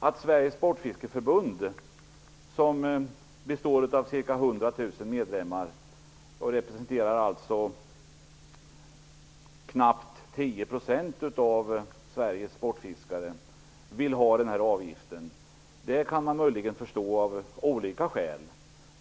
100 000 medlemmar och alltså representerar knappt 10 % av Sveriges sportfiskare, vill ha den här avgiften kan man möjligen förstå av olika skäl.